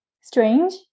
strange